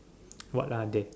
what are they